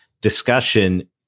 discussion